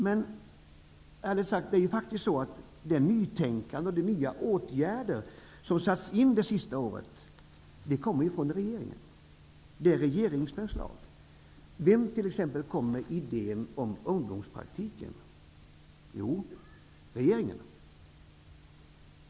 Men ärligt sagt har det nytänkande och de nya åtgärder som satts in det senaste året kommit från regeringen. Det är regeringens förslag. Vem kom t.ex. med idén om ungdomspraktiken? Jo, regeringen.